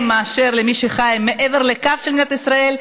מאשר למי שחי מעבר לקו של מדינת ישראל.